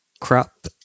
crop